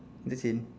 interchange